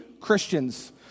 Christians